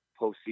postseason